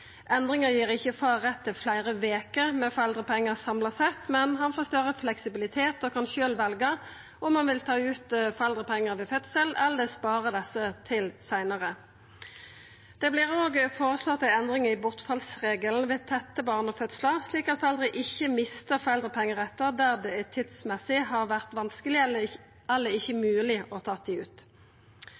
gir ikkje far rett til fleire veker med foreldrepengar samla sett, men han får større fleksibilitet og kan sjølv velja om han vil ta ut foreldrepengar ved fødsel eller spara desse til seinare. Det vert òg føreslått ei endring i bortfallsregelen ved tette barnefødslar, slik at foreldre ikkje mistar foreldrepengerettar der det tidsmessig har vore vanskeleg eller ikkje mogeleg å ta dei ut.